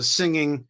singing